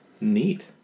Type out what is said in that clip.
Neat